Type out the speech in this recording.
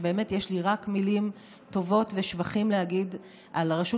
יש לי רק מילים טובות ושבחים להגיד על רשות